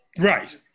Right